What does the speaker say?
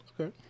Okay